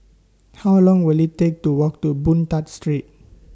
How Long Will IT Take to Walk to Boon Tat Street